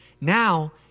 Now